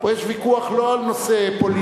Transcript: פה יש ויכוח לא על נושא פוליטי.